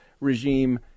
regime